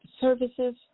services